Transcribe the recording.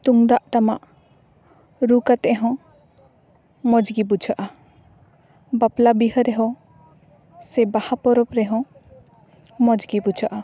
ᱛᱩᱢᱫᱟᱜ ᱴᱟᱢᱟᱠ ᱨᱩ ᱠᱟᱛᱮ ᱦᱚᱸ ᱢᱚᱡᱽ ᱜᱮ ᱵᱩᱡᱷᱟᱹᱜᱼᱟ ᱵᱟᱯᱞᱟ ᱵᱤᱦᱟᱹ ᱨᱮᱦᱚᱸ ᱥᱮ ᱵᱟᱦᱟ ᱯᱚᱨᱚᱵᱽ ᱨᱮᱦᱚᱸ ᱢᱚᱡᱽ ᱜᱮ ᱵᱩᱡᱷᱟᱹᱜᱼᱟ